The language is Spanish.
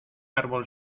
árbol